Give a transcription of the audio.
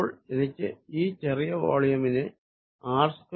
അപ്പോൾ എനിക്ക് ഈ ചെറിയ വോള്യുമിനെ R2